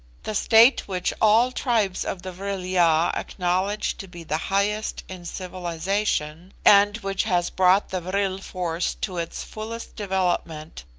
the state which all tribes of the vril-ya acknowledge to be the highest in civilisation, and which has brought the vril force to its fullest development,